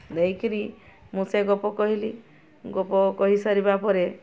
ଦେଇକିରି ମୁଁ ସେ ଗପ କହିଲି ଗପ କହିସାରିବା ପରେ